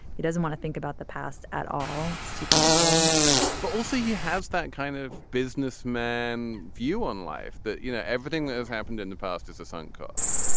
he doesn't want to think about the past at all. it's too painful but also he has that kind of businessmen view on life that you know everything that has happened in the past is a sunk cost.